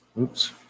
Oops